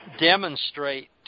demonstrate